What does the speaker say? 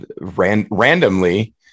randomly